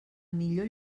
millor